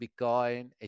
Bitcoin